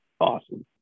Awesome